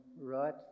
right